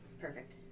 Perfect